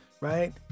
right